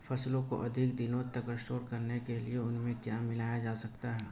फसलों को अधिक दिनों तक स्टोर करने के लिए उनमें क्या मिलाया जा सकता है?